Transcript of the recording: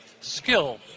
skill